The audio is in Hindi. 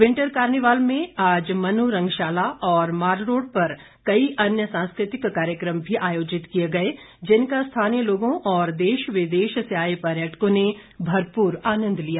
विंटर कार्निवाल में आज मनु रंगशाला और मालरोड़ पर कई अन्य सांस्कृतिक कार्यक्रम भी आयोजित किए गए जिनका स्थानीय लोगों और देश विदेश से आए पर्यटकों ने भरपूर आनंद लिया